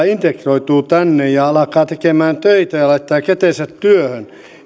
integroituvat tänne ja alkavat tekemään töitä ja laittavat kätensä työhön